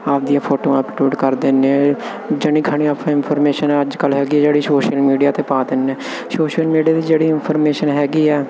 ਆਪਦੀਆਂ ਫੋਟੋਆਂ ਅਪਲੋਡ ਕਰ ਦਿੰਦੇ ਆ ਜਨੀ ਖਾਣੀ ਆਪਣੀ ਇਨਫੋਰਮੇਸ਼ਨ ਅੱਜ ਕੱਲ੍ਹ ਹੈਗੀ ਜਿਹੜੀ ਸੋਸ਼ਲ ਮੀਡੀਆ 'ਤੇ ਪਾ ਦਿੰਦੇ ਆ ਸੋਸ਼ਲ ਮੀਡੀਆ ਦੀ ਜਿਹੜੀ ਇਨਫੋਰਮੇਸ਼ਨ ਹੈਗੀ ਆ